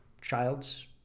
childs